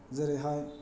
जेरैहाय